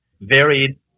varied